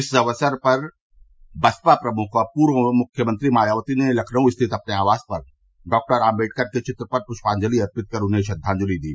इस मौके पर बसपा प्रमुख और पूर्व मुख्यमंत्री मायावती ने लखनऊ स्थित अपने आवास पर डॉक्टर आम्बेडकर के चित्र पर पुषाजलि अर्पित कर उन्हें श्रद्वाजलि दी